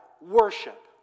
worship